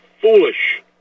foolish